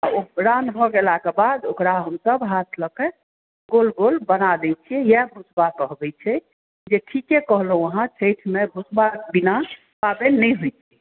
आ ओ रान भऽ गेलाके बाद ओकरा हमसब हाथ लऽके गोल गोल बना दै छियै यएह भुसबा कहबै छै जे ठीके कहलहुॅं अहाँ छठिमे भुसबाके बिना पावनि नहि होइ छै